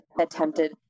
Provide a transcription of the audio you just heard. attempted